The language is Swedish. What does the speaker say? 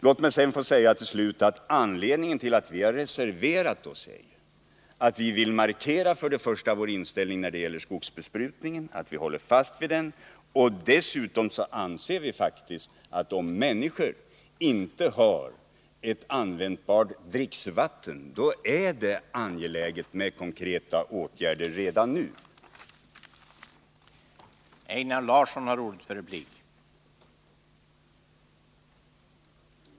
Låt mig till slut få framhålla att anledningen till att vi har reserverat oss är att vi vill markera att vi håller fast vid vår inställning till skogsbesprutningen. Nr 33 Dessutom anser vi faktiskt, att om människor inte har ett användbart Onsdagen den dricksvatten, är det angeläget med konkreta åtgärder redan nu.